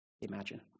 Imagine